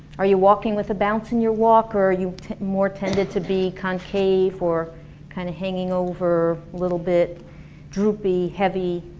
are you walking with a bounce in your walk, or are you more tended to be concaved, or kind of hanging over, a little bit droopy, heavy?